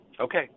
Okay